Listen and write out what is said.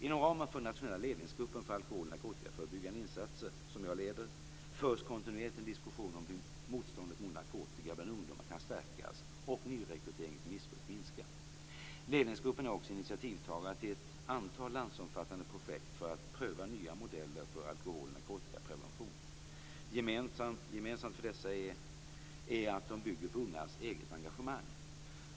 Inom ramen för Nationella ledningsgruppen för alkohol och narkotikaförebyggande insatser som jag leder förs kontinuerligt en diskussion om hur motståndet mot narkotika bland ungdomar kan stärkas och nyrekryteringen till missbruk minska. Ledningsgruppen är också initiativtagare till ett antal landsomfattande projekt för att pröva nya modeller för alkohol och narkotikaprevention. Gemensamt för dessa är att de bygger på de ungas eget engagemang.